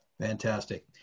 Fantastic